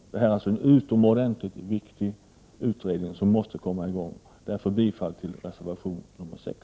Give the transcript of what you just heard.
Att en ny låginkomstutredning kommer i gång är alltså utomordentligt viktigt. Därför bifall till reservation 6!